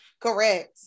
Correct